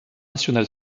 national